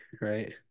right